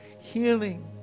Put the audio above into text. healing